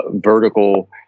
vertical